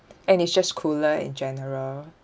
and it's just cooler in general